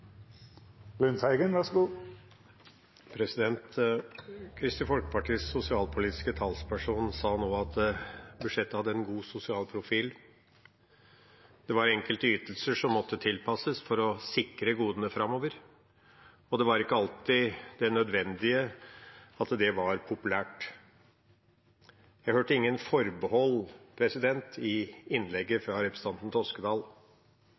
avklart arbeidsevnen så fort som mulig. Vi kommer til å jobbe med det nå framover i vinter. Kristelig Folkepartis sosialpolitiske talsperson sa nå at budsjettet hadde en god sosial profil. Det var enkelte ytelser som måtte tilpasses for å sikre godene framover, og det var ikke alltid det nødvendige var populært. Jeg hørte ingen forbehold i innlegget fra representanten Toskedal.